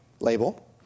label